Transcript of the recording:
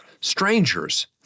strangers